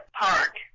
park